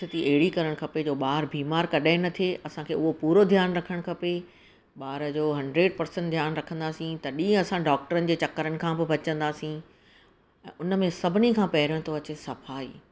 स्थिती अहिड़ी करणु खपे की जो ॿार बीमार कॾहिं न थिए असांखे उहो पूरो ध्यानु रखणु खपे ॿार जो हंड्रेड परसंट ध्यानु रखंदासीं तॾहिं असां डॉक्टरनि जे चकरनि खां बि बचंदासीं उन में सभिनी खां पहिरों थो अचे सफ़ाई